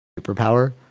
superpower